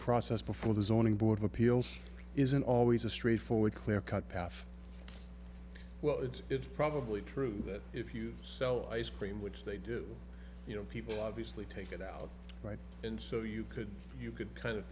process before the zoning board of appeals isn't always a straight forward clear cut path well it's probably true that if you sell ice cream which they do you know people obviously take it out right and so you could you could kind of